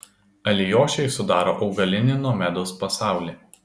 alijošiai sudaro augalinį nomedos pasaulį